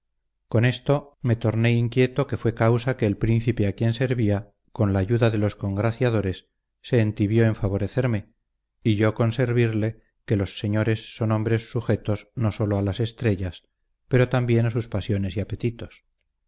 con esto me torné inquieto que fue causa que el príncipe a quien servía con la ayuda de los congraciadores se entibió en favorecerme y yo con servirle que los señores son hombres sujetos no solo a las estrellas pero también a sus pasiones y apetitos